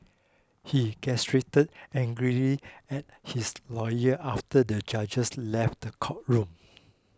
he gestured angrily at his lawyers after the judges left the courtroom